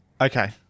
Okay